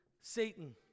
Satan